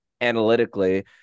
analytically